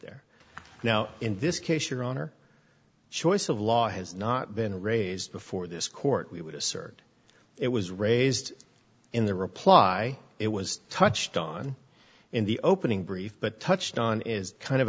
there now in this case your honor choice of law has not been raised before this court we would assert it was raised in the reply it was touched on in the opening brief but touched on is kind of